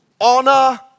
Honor